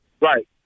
Right